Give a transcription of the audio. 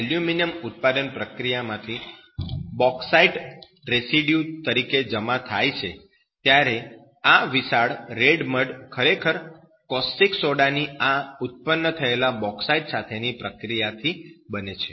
જ્યારે એલ્યુમિનિયમ ઉત્પાદન પ્રક્રિયામાંથી બોકસાઈટ રેસિડયુ તરીકે જમા થાય છે ત્યારે આ વિશાળ 'રેડ મડ ' ખરેખર કોસ્ટિક સોડા ની આ ઉત્પન્ન થયેલા બોકસાઈટ સાથેની પ્રક્રિયા થવાથી બને છે